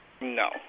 No